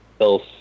else